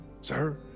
sir